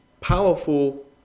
Powerful